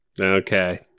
Okay